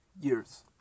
years